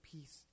peace